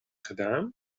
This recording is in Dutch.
gedaan